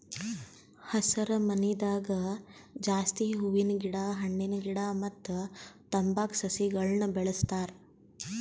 ಹಸರಮನಿದಾಗ ಜಾಸ್ತಿ ಹೂವಿನ ಗಿಡ ಹಣ್ಣಿನ ಗಿಡ ಮತ್ತ್ ತಂಬಾಕ್ ಸಸಿಗಳನ್ನ್ ಬೆಳಸ್ತಾರ್